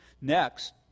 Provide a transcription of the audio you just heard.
Next